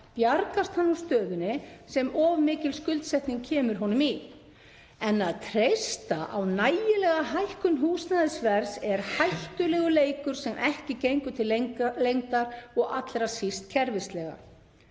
bjargast hann úr stöðunni sem of mikil skuldsetning kemur honum í, en að treysta á nægilega hækkun húsnæðisverðs er hættulegur leikur sem ekki gengur til lengdar og allra síst kerfislega.